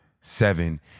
seven